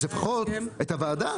אז לפחות את הוועדה,